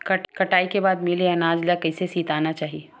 कटाई के बाद मिले अनाज ला कइसे संइतना चाही?